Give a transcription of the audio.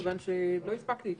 מכיוון שעוד לא הספקתי.